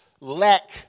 lack